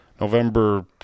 November